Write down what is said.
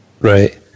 Right